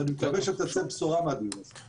ואני מקווה שתצא בשורה מהדיון הזה.